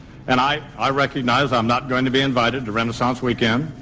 and i, i recognize i'm not going to be invited to renaissance weekend.